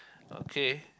okay